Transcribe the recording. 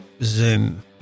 Zoom